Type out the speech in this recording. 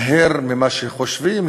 מהר ממה שחושבים,